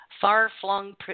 far-flung